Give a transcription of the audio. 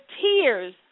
tears